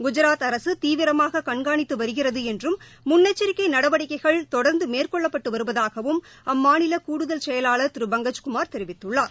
குஜராத் அரசு தீவிரமாக கண்கானித்து வருகிறது என்றும் முன்னெச்சரிக்கை நடவடிக்கைகள் தொடர்ந்து மேற்கொள்ளப்பட்டு வருவதாகவும் அம்மாநில கூடுதல் செயலாளர் திரு பங்கஜ்குமார் தெரிவித்துள்ளார்